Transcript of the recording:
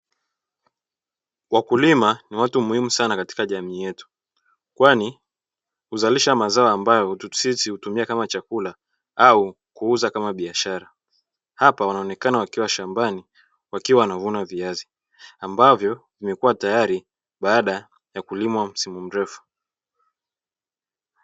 Wakulima ni watu muhimu sana katika jamii yetu, kwani huzalisha mazao ambayo sisi hutumia kama chakula, au kuuza kama biashara hapa wanaonekana wakiwa shambani, wakiwa wanavuna viazi ambavyo vimekuwa tayari baadae ya kulimwa msimu mrefu.